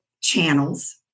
channels